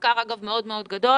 אגב, זה מחקר מאוד מאוד גדול.